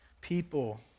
people